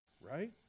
Right